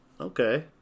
Okay